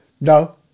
No